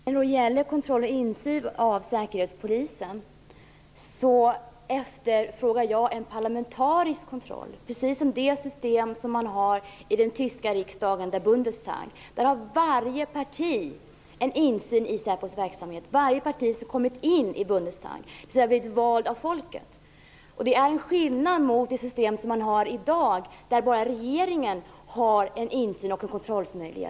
Herr talman! När det gäller kontroll av och insyn i Säkerhetspolisen efterfrågar jag en parlamentarisk kontroll, precis som det system man har i den tyska riksdagen, der Bundestag. Där har varje parti insyn i Säkerhetspolisens verksamhet - varje parti som kommit in i Bundestag, dvs. blivit valt av folket. Det är en skillnad mot det system vi har i dag, där bara regeringen har en insyns och kontrollmöjlighet.